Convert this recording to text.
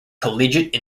collegiate